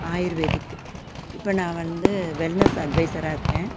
ayurvedic இப்போ நான் வந்து வெல்னஸ் அட்வைஸராக இருக்கேன்